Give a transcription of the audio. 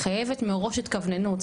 מחייבת מראש התכווננות,